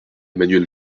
emmanuel